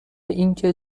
اینکه